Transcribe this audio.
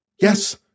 Yes